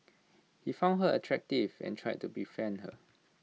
he found her attractive and tried to befriend her